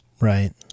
Right